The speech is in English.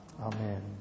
Amen